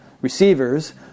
receivers